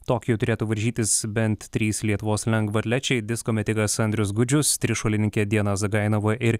tokijuj turėtų varžytis bent trys lietuvos lengvaatlečiai disko metikas andrius gudžius trišuolininkė diana zagainova ir